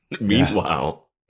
Meanwhile